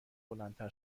بلندتر